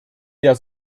der